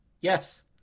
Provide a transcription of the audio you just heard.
Yes